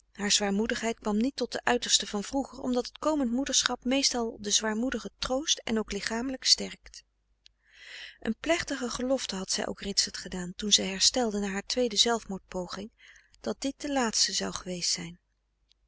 haar zwaarmoedigheid kwam niet tot de uitersten van vroeger omdat het komend moederschap meestal dezwaarmoedigen troost en ook lichamelijk sterkt een plechtige gelofte had zij ook ritsert gedaan toen zij herstelde na haar tweede zelfmoord poging dat dit de laatste zou geweest zijn